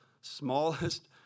smallest